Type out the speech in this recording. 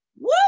woo